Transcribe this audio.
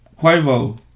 Quavo